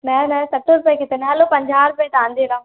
न न सठि रुपये किथे न हलो पंजा रुपये तव्हांजे लाइ